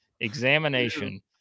examination